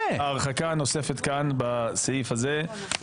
האם זה עצמו עבירת משמעת?